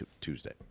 tuesday